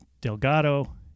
Delgado